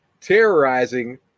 terrorizing